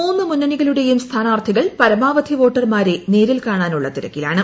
മൂന്ന് മുന്നണികളുടെയും സ്ഥാനാർഥികൾ പരമാവധി വോട്ടർമാരെ നേരിൽക്കാണാനുള്ള തിരക്കിലാണ്